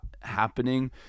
happening